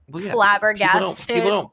flabbergasted